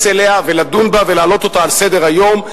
אליה ולדון בה ולהעלות אותה על סדר-היום.